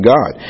God